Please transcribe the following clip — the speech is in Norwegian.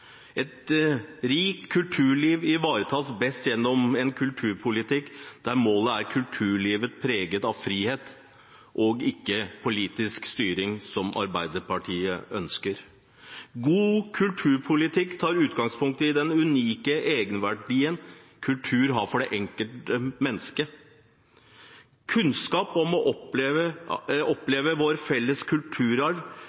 av politisk styring, som Arbeiderpartiet ønsker. God kulturpolitikk tar utgangspunkt i den unike egenverdien kultur har for det enkelte mennesket – å oppleve vår felles kulturarv